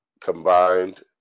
combined